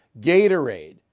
Gatorade